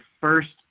first